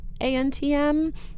ANTM